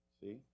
See